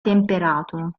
temperato